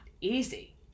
easy